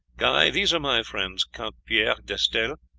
guy, these are my friends count pierre d'estelle,